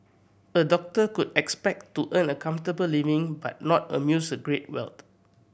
a doctor could expect to earn a comfortable living but not amuse a great wealth